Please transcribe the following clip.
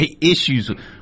issues